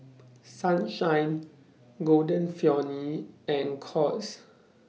Sunshine Golden Peony and Courts